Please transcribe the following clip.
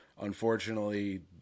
unfortunately